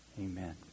Amen